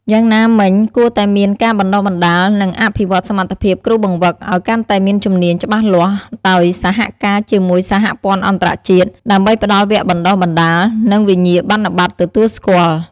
យ៉ាងណាមិញគួរតែមានការបណ្តុះបណ្តាល និងអភិវឌ្ឍសមត្ថភាពគ្រូបង្វឹកឱ្យកាន់តែមានជំនាញច្បាស់លាស់ដោយសហការជាមួយសហព័ន្ធអន្តរជាតិ ដើម្បីផ្ដល់វគ្គបណ្តុះបណ្តាល និងវិញ្ញាបនបត្រទទួលស្គាល់។